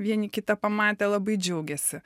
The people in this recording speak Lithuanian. vieni kitą pamatę labai džiaugiasi